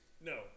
No